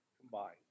combined